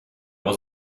was